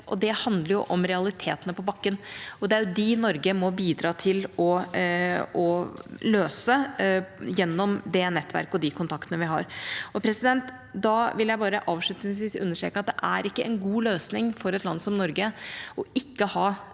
Det handler om realitetene på bakken, og det er jo de Norge må bidra til å løse gjennom det nettverket og de kontaktene vi har. Jeg vil bare avslutningsvis understreke at det ikke er en god løsning for et land som Norge ikke å